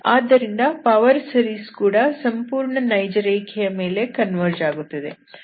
ಆದ್ದರಿಂದ power series ಕೂಡ ಸಂಪೂರ್ಣ ನೈಜ ರೇಖೆಯ ಮೇಲೆ ಕನ್ವರ್ಜ್ ಆಗುತ್ತದೆ